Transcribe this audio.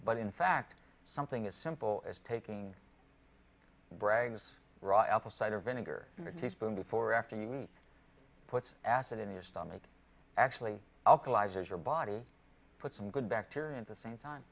but in fact something as simple as taking bragg's raw apple cider vinegar or teaspoon before or after you eat puts acid in your stomach actually alkalis your body put some good bacteria at the same time